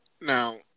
Now